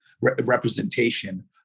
representation